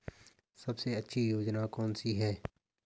सबसे अच्छी योजना कोनसी है?